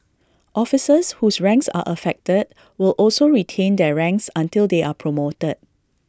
officers whose ranks are affected will also retain their ranks until they are promoted